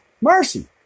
Mercy